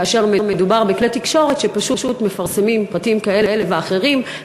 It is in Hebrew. כאשר מדובר בכלי תקשורת שפשוט מפרסמים פרטים כאלה ואחרים,